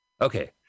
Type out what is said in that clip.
okay